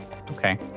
Okay